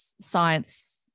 science